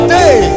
day